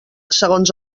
segons